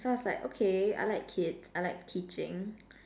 so I was like okay I like kids I like teaching